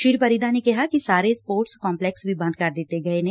ਸ੍ਰੀ ਪਰਿਦਾ ਨੇ ਕਿਹਾ ਕਿ ਸਾਰੇ ਸਪੋਰਟਸ ਕੰਪਲੈਕਸ ਵੀ ਬੰਦ ਕਰ ਦਿੱਤੇ ਗਏ ਨੇ